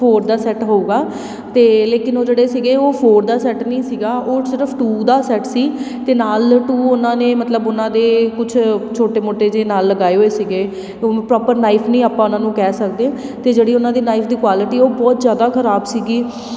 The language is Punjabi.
ਫੋਰ ਦਾ ਸੈੱਟ ਹੋਊਗਾ ਅਤੇ ਲੇਕਿਨ ਉਹ ਜਿਹੜੇ ਸੀਗੇ ਉਹ ਫੋਰ ਦਾ ਸੈੱਟ ਨਹੀਂ ਸੀਗਾ ਉਹ ਸਿਰਫ ਟੂ ਦਾ ਸੈੱਟ ਸੀ ਅਤੇ ਨਾਲ ਟੂ ਉਹਨਾਂ ਨੇ ਮਤਲਬ ਉਹਨਾਂ ਦੇ ਕੁਛ ਛੋਟੇ ਮੋਟੇ ਜਿਹੇ ਨਾਲ ਲਗਾਏ ਹੋਏ ਸੀਗੇ ਪ੍ਰੋਪਰ ਨਾਈਫ ਨਹੀਂ ਆਪਾਂ ਉਹਨਾਂ ਨੂੰ ਕਹਿ ਸਕਦੇ ਅਤੇ ਜਿਹੜੀ ਉਹਨਾਂ ਦੇ ਨਾਈਫ ਦੀ ਕੁਆਲਿਟੀ ਉਹ ਬਹੁਤ ਜ਼ਿਆਦਾ ਖਰਾਬ ਸੀਗੀ